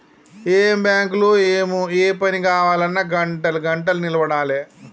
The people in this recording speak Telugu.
ఏం బాంకులో ఏమో, ఏ పని గావాల్నన్నా గంటలు గంటలు నిలవడాలె